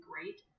great